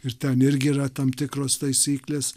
ir ten irgi yra tam tikros taisyklės